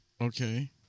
Okay